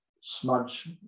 smudge